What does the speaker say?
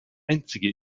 einzige